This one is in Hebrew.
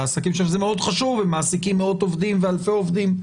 לעסקים שזה מאוד חשוב כי הם מעסיקים מאות ואלפי עובדים.